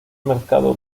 mercado